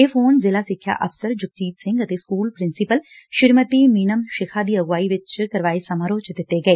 ਇਹ ਫੋਨ ਜ਼ਿਲ੍ਹਾ ਸਿੱਖਿਆ ਅਫ਼ਸਰ ਜਗਜੀਤ ਸਿੰਘ ਅਤੇ ਸਕੂਲ ਪ੍ਰਿੰਸੀਪਲ ਸ੍ਰੀਮਤੀ ਮੀਨਮ ਸ਼ਿਖਾ ਦੀ ਅਗਵਾਈ ਚ ਕਰਵਾਏ ਸਮਾਰੋਹ ਚ ਦਿੱਤੇ ਗਏ